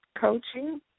coaching